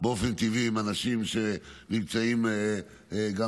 באופן טבעי הם אנשים שנמצאים במילואים,